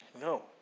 No